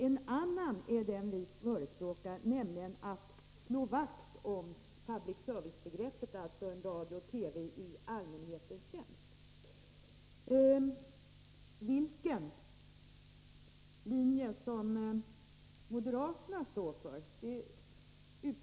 En annan lösning är den vi förespråkar, nämligen att slå vakt om public service-begreppet, alltså en radio och TV i allmänhetens tjänst.